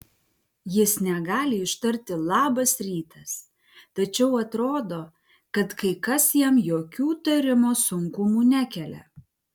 jis negali ištarti labas rytas tačiau atrodo kad kai kas jam jokių tarimo sunkumų nekelia